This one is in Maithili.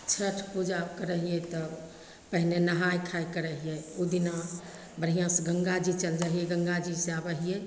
छठि पूजा करै हिए तऽ पहिले नहाइ खाइ करै हिए ओहिदिना बढ़िआँसे गङ्गाजी चलि जाइ हिए गङ्गाजीसे आबै हिए